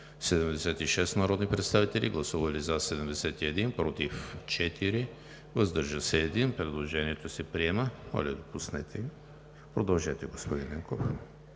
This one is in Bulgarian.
76 народни представители: за 71, против 4, въздържал се 1. Предложението се приема. Моля, допуснете го. Продължете, господин Ненков.